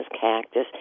cactus